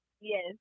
Yes